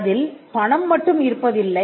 அதில் பணம் மட்டும் இருப்பதில்லை